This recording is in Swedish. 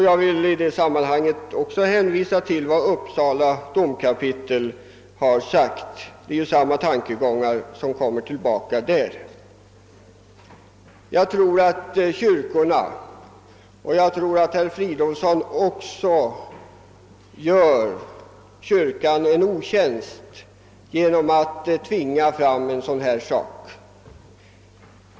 Jag vill i det sammanhanget också hänvisa till vad Uppsala domkapitel har anfört i sitt remissyttrande — samma tankegångar kommer tillbaka där. Jag tror att kyrkorna — och herr Fridolfsson också! — gör kristendomen en otjänst genom att tvinga fram en sådan sak.